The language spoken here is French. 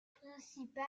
principal